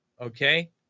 okay